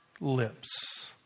lips